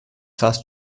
fast